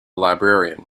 librarian